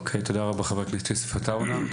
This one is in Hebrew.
אוקיי, תודה רבה חבר הכנסת יוסף עטאונה.